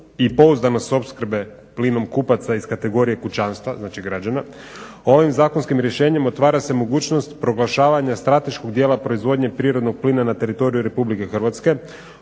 i pouzdanost opskrbe plinom kupaca iz kategorije kućanstva, znači građana, ovim zakonskim rješenjem otvara se mogućnost proglašavanja strateškog dijela proizvodnje prirodnog plina na teritoriju RH,